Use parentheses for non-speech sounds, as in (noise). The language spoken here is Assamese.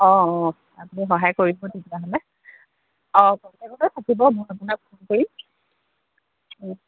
অঁ অঁ আপুনি সহায় কৰিব তেতিয়াহ'লে অঁ (unintelligible) থাকিব মই আপোনাক ফোন কৰিম